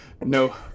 no